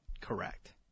Correct